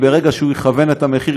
ברגע שהוא יכוון את המחיר,